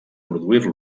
produir